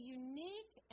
unique